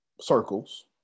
circles